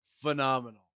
phenomenal